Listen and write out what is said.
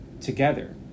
together